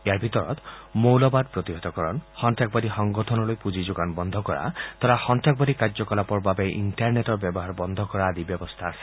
ইয়াৰ ভিতৰত মৌলবাদ প্ৰতিহতকৰণ সন্নাসবাদী সংগঠনলৈ পুঁজি যোগান বন্ধ কৰা তথা সন্তাসবাদী কাৰ্যকলাপৰ বাবে ইণ্টাৰনেটৰ ব্যৱহাৰ বন্ধ কৰা আদি ব্যৱস্থা আছে